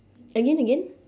again again